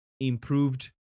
Improved